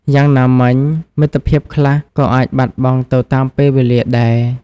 យ៉ាងណាមិញ មិត្តភាពខ្លះក៏អាចបាត់បង់ទៅតាមពេលវេលាដែរ។